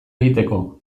egiteko